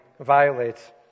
violates